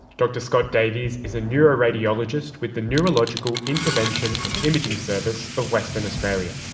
dr scott davies is a neuroradiologist with the neurological intervention and imaging service of western australia.